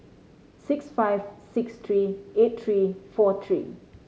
six five six three eight three four three